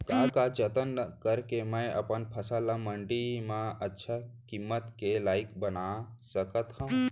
का का जतन करके मैं अपन फसल ला मण्डी मा अच्छा किम्मत के लाइक बना सकत हव?